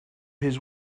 his